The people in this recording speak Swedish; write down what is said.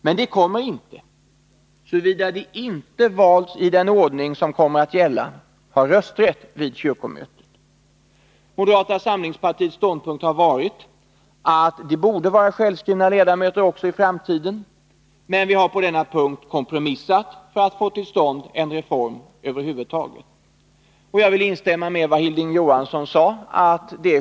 Men biskoparna kommer inte — såvida de inte valts i den ordning som kommer att gälla — att ha rösträtt vid kyrkmötet. Moderata samlingspartiets ståndpunkt har varit att biskoparna borde vara självskrivna ledamöter också i framtiden, men vi har på denna punkt kompromissat för att över huvud taget få till stånd en reform. Jag vill instämma med vad Hilding Johansson sade.